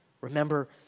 Remember